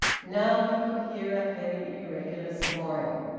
now he could hear a heavy, irregular snoring.